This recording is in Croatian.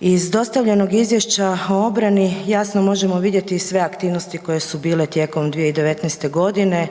Iz dostavljenog izvješća o obrani jasno možemo vidjeti sve aktivnosti koje su bile tijekom 2019. godine